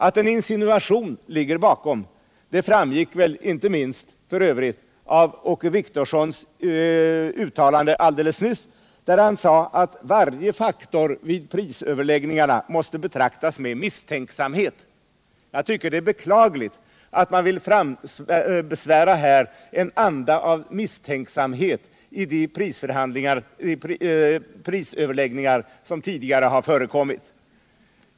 Att en insinuation ligger bakom framgick väl inte minst av Åke Wictorssons uttalande alldeles nyss där han sade att varje faktor vid prisöverläggningarna måste betraktas med misstänksamhet. Jag tycker att det är beklagligt att man vill frambesvärja en anda av misstänksamhet mot de prisöverläggningar som tidigare förekommit.